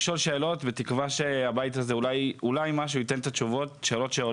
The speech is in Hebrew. אולי שיהיה כתוב שבאותה פגישה מסווגת שצה"ל